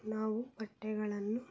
ನಾವು ಬಟ್ಟೆಗಳನ್ನು